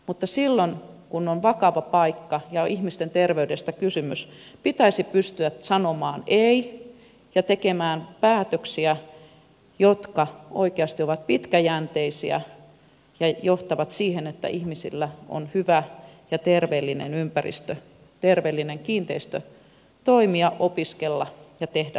mutta silloin kun on vakava paikka ja on ihmisten terveydestä kysymys pitäisi pystyä sanomaan ei ja tekemään päätöksiä jotka oikeasti ovat pitkäjänteisiä ja johtavat siihen että ihmisillä on hyvä ja terveellinen ympäristö terveellinen kiinteistö toimia opiskella ja tehdä työtä